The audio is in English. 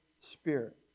spirit